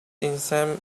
insane